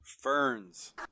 Ferns